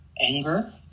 anger